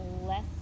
less